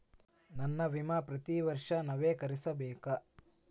ನನ್ನ ವಿಮಾ ಪ್ರತಿ ವರ್ಷಾ ನವೇಕರಿಸಬೇಕಾ?